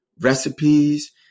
recipes